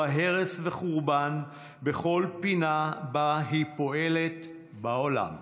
הרס וחורבן בכל פינה שבה היא פועלת בעולם.